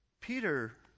Peter